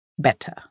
Better